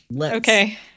Okay